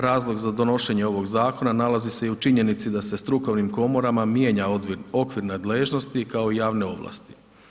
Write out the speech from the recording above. Razlog za donošenje ovog zakona nalazi i u činjenici da se strukovnim komorama mijenja okvir nadležnosti kao i javne ovlasti.